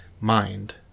mind